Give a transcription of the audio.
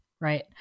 Right